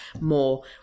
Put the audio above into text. more